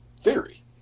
theory